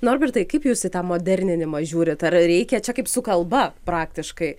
norbertai kaip jūs į tą moderninimą žiūrite ar reikia čia kaip su kalba praktiškai